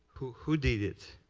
who who did it?